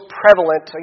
prevalent